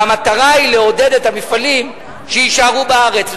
והמטרה היא לעודד את המפעלים שיישארו בארץ.